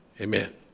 Amen